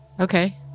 Okay